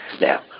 Now